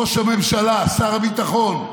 ראש הממשלה, שר הביטחון,